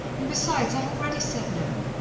and besides, i've already said no.